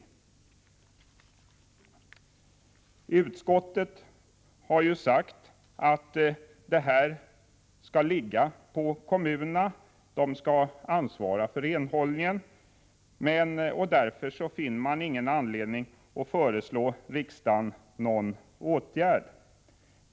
Utskottet har sagt att ansvaret för renhållningen skall vila på kommunerna och finner därför ingen anledning att föreslå riksdagen någon åtgärd.